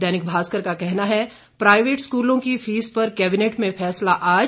दैनिक भास्कर का कहना है प्राईवेट स्कूलों की फीस पर कैबिनेट में फैसला आज